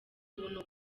ubuntu